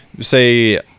say